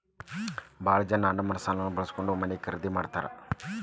ಭಾಳ ಜನ ಅಡಮಾನ ಸಾಲಗಳನ್ನ ಬಳಸ್ಕೊಂಡ್ ಮನೆ ಖರೇದಿ ಮಾಡ್ತಾರಾ